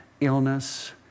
illness